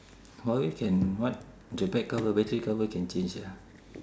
huawei can what the back cover battery cover can change ya